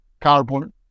carbon